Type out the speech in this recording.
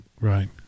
right